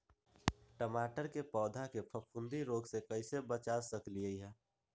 टमाटर के पौधा के फफूंदी रोग से कैसे बचा सकलियै ह?